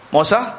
Mosa